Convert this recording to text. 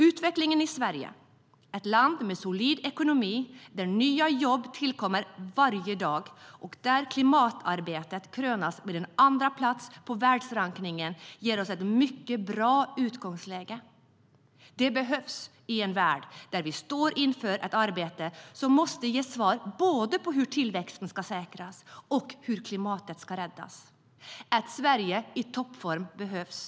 Utvecklingen i Sverige: Det är ett land med en solid ekonomi där nya jobb tillkommer varje dag och där vårt klimatarbete kröns med en andraplats på världsrankningen, vilket ger oss ett mycket bra utgångsläge. Det behövs i en värld där vi står inför ett arbete som måste ge svar både på hur tillväxten ska säkras och på hur klimatet ska räddas. Ett Sverige i toppform behövs.